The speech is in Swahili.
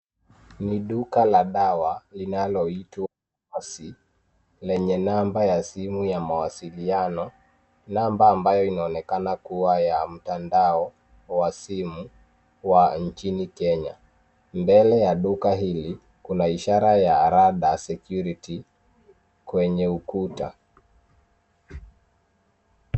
Ni duka la dawa linaloitwa pharmacy lenye namba ya simu ya mawasiliano, namba ambayo inaonekana kuwa ya mtandao wa simu wa nchini Kenya. Mbele ya duka hili kuna ishara ya Radar security kwenye ukuta.